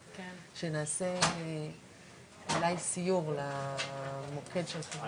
הדרך עוד ארוכה כי מדובר פה על שנים ארוכות מאוד של שירות